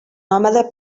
nòmada